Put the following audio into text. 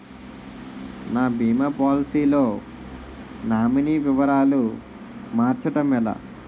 నా భీమా పోలసీ లో నామినీ వివరాలు మార్చటం ఎలా?